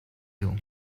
you